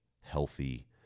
healthy